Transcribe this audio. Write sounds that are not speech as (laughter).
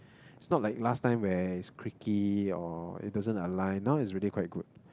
(breath) it's not like last time where it's creaky or it doesn't align now it's really quite good